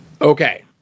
Okay